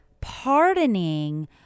pardoning